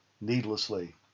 needlessly